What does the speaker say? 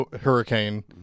hurricane